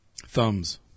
Thumbs